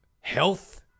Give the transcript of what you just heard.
health